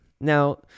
Now